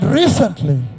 recently